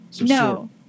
No